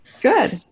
Good